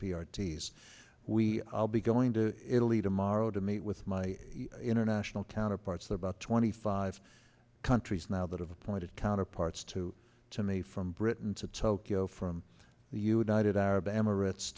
t s we will be going to italy tomorrow to meet with my international counterparts there about twenty five countries now that of appointed counterparts to to me from britain to tokyo from the united arab emirates